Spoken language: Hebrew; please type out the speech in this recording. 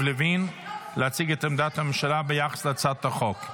לוין להציג את עמדת הממשלה ביחס להצעת החוק,